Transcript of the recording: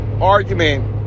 argument